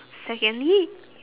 secondly